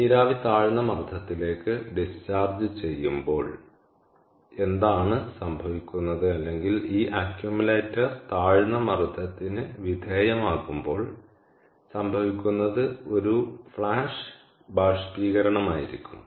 നീരാവി താഴ്ന്ന മർദ്ദത്തിലേക്ക് ഡിസ്ചാർജ് ചെയ്യുമ്പോൾ എന്താണ് സംഭവിക്കുന്നത് അല്ലെങ്കിൽ ഈ അക്യുമുലേറ്റർ താഴ്ന്ന മർദ്ദത്തിന് വിധേയമാകുമ്പോൾ സംഭവിക്കുന്നത് ഒരു ഫ്ലാഷ് ബാഷ്പീകരണമായിരിക്കും